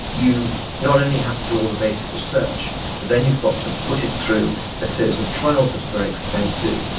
you not only have to do all the basic research but then you've got to put it through a series of trials that are very expensive.